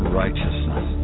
righteousness